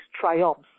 triumphs